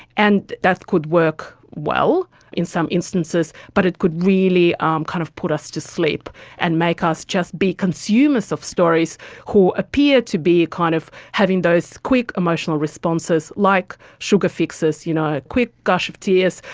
and that could work well in some instances, but it could really um kind of put us to sleep and make us just be consumers of stories who appear to be kind of having those quick emotional responses like sugar fixes, you know a quick gush of tears,